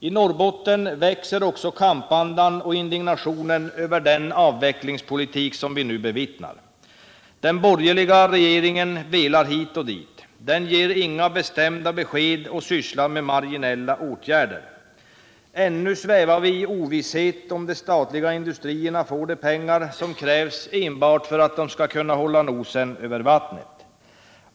I Norrbotten växer också kampandan och indignationen över den avvecklingspolitik som vi nu bevittnar. Den borgerliga regeringen velar hit och dit. Den ger inga bestämda besked och sysslar med marginella åtgärder. Ännu svävar vi i ovisshet, om de statliga industrierna får de pengar som krävs enbart för att de skall kunna hålla nosen över vattnet.